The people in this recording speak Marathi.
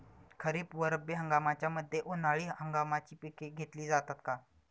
खरीप व रब्बी हंगामाच्या मध्ये उन्हाळी हंगामाची पिके घेतली जातात का?